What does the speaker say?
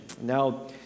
Now